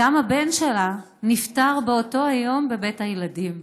הבן שלה נפטר באותו היום בבית הילדים.